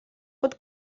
pot